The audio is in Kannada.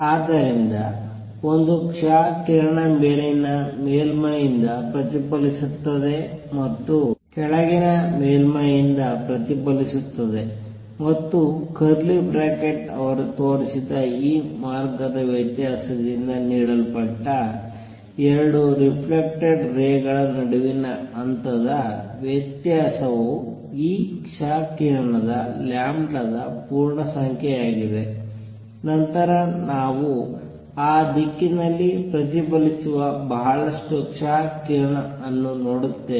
ಆದ್ದರಿಂದ ಒಂದು ಕ್ಷ ಕಿರಣ ಮೇಲಿನ ಮೇಲ್ಮೈಯಿಂದ ಪ್ರತಿಫಲಿಸುತ್ತದೆ ಮತ್ತು ಕೆಳಗಿನ ಮೇಲ್ಮೈಯಿಂದ ಪ್ರತಿಫಲಿಸುತ್ತದೆ ಮತ್ತು ಕರ್ಲಿ ಬ್ರಾಕೆಟ್ ರವರು ತೋರಿಸಿದ ಈ ಮಾರ್ಗದ ವ್ಯತ್ಯಾಸದಿಂದ ನೀಡಲ್ಪಟ್ಟ 2 ರಿಫ್ಲೆಕ್ಟೆಡ್ ರೇ ಗಳ ನಡುವಿನ ಹಂತದ ವ್ಯತ್ಯಾಸವು ಈ ಕ್ಷ ಕಿರಣದ ಲ್ಯಾಂಬ್ಡಾ ದ ಪೂರ್ಣಸಂಖ್ಯೆಯಾಗಿದೆ ನಂತರ ನಾವು ಆ ದಿಕ್ಕಿನಲ್ಲಿ ಪ್ರತಿಫಲಿಸುವ ಬಹಳಷ್ಟು ಕ್ಷ ಕಿರಣ ಅನ್ನು ನೋಡುತ್ತೇವೆ